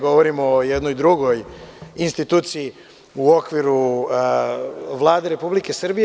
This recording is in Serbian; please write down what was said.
Govorim o jednoj drugoj instituciji u okviru Vlade Republike Srbije.